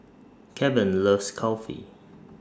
Keven loves Kulfi